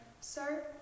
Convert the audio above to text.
Sir